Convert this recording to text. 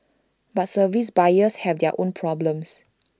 but service buyers have their own problems